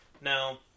Now